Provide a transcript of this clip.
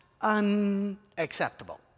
unacceptable